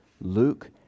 Luke